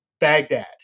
Baghdad